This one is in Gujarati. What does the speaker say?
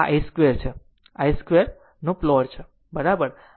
આ i 2છે આ i 2પ્લોટ બરાબર છે